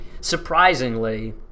surprisingly